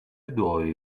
دعایی